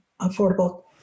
affordable